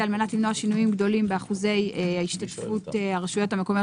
על מנת למנוע שינויים גדולים באחוזי השתתפות הרשויות המקומיות